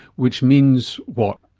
which means, what?